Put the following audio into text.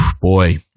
boy